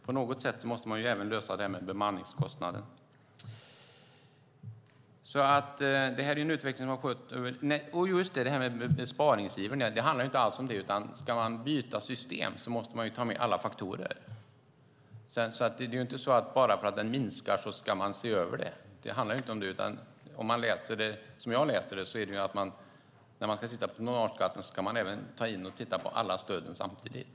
På något sätt måste man lösa frågan om bemanningskostnaden. Sedan handlar det inte om någon besparingsiver. Ska man byta system måste man ta med alla faktorer. Det handlar inte om att man ska se över tonnageskatten bara för att den minskar. Som jag läser det handlar det om att när man ska titta på tonnageskatten ska man även titta på alla stöd samtidigt.